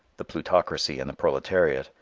the plutocracy and the proletariat,